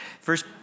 First